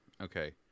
Okay